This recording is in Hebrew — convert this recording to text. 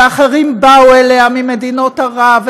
ואחרים באו אליה ממדינות ערב,